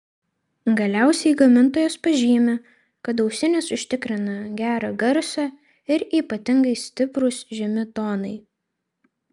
galiausiai gamintojas pažymi kad ausinės užtikrina gerą garsą ir ypatingai stiprūs žemi tonai